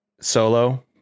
solo